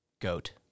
Goat